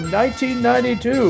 1992